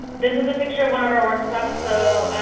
this is a picture of one of our workshops. so,